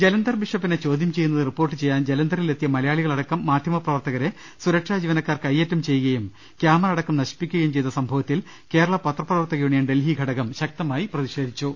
ജലന്ധർ ബിഷപ്പിനെ ചോദ്യം ചെയ്യുന്നത് റിപ്പോർട്ടു ചെയ്യാൻ ജലന്ധറിൽ എത്തിയ മലയാളികൾ അടക്കം മാധ്യമ പ്രവർത്തകരെ സുരക്ഷാ ജീവനക്കാർ കയ്യേറ്റം ചെയ്യുകയും കൃാമറ അടക്കം നശിപ്പിക്കുകയും ചെയ്ത സംഭവത്തിൽ കേരളാ പത്രപ്രവർത്തക യൂണിയൻ ഡൽഹി ഘടകം ശക്തമായി പ്രതിഷേധിച്ചു